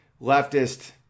leftist